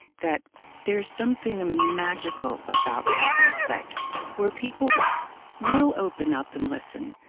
that there's something magical about that aspect where people will open up and listen.